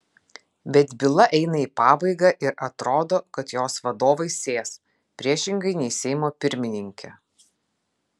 bet byla eina į pabaigą ir atrodo kad jos vadovai sės priešingai nei seimo pirmininkė